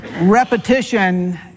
Repetition